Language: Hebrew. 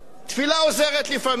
תפילה עוזרת לפעמים.